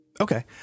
Okay